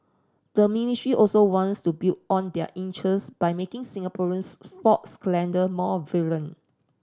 the ministry also wants to build on their interest by making Singapore's sports calendar more